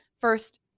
first